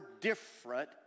different